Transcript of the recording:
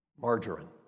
Margarine